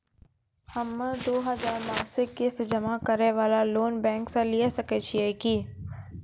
हम्मय दो हजार मासिक किस्त जमा करे वाला लोन बैंक से लिये सकय छियै की?